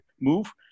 move